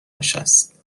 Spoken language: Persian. نشست